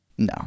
No